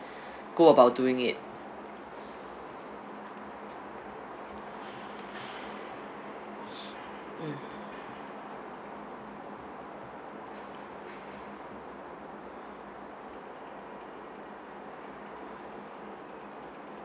go about doing it mm